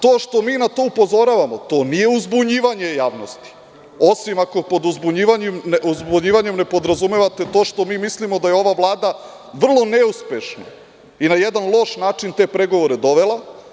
To što mi na to upozoravamo, to nije uzbunjivanje javnosti, osim ako pod uzbunjivanjem ne podrazumevate to što mi mislimo da je ova Vlada vrlo neuspešna i na jedan loš način te pregovore dovela.